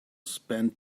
spend